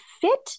fit